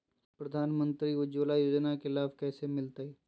प्रधानमंत्री उज्वला योजना के लाभ कैसे मैलतैय?